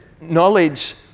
knowledge